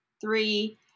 three